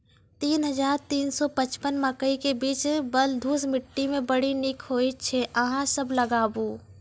तीन हज़ार तीन सौ पचपन मकई के बीज बलधुस मिट्टी मे बड़ी निक होई छै अहाँ सब लगाबु?